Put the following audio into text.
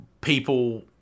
People